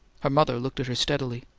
her mother looked at her steadily.